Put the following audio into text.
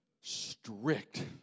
Strict